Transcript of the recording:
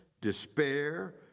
despair